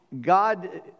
God